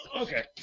Okay